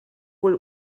wohl